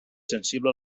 sensible